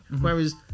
whereas